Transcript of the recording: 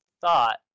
thought